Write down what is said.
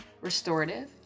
restorative